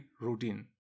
routine